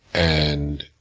and